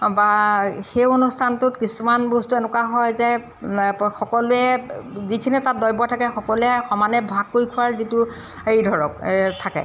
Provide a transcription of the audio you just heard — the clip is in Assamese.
বা সেই অনুষ্ঠানটোত কিছুমান বস্তু এনেকুৱা হয় যে সকলোৱে যিখিনি তাত দ্ৰব্য থাকে সকলোৱে সমানে ভাগ কৰি খোৱাৰ যিটো হেৰি ধৰক থাকে